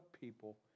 people